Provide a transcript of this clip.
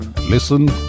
Listen